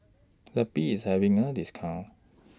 Zappy IS having A discount